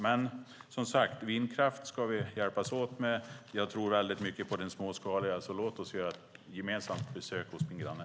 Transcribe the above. Men vindkraft ska vi som sagt hjälpas åt med. Jag tror mycket på det småskaliga, så låt oss göra ett gemensamt besök hos min granne!